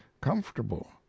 comfortable